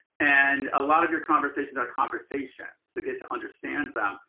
and a lot of your conversations are conversations to get to understand them,